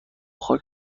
خاک